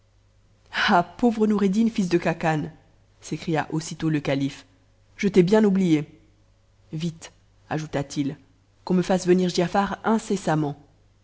pauvre noureddin fils de khacan s'écria aussitôt le calife j l'ai bien oublié vite ajouta-t-il qu'on me fasse venir giafar